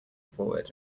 forward